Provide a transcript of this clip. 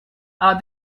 are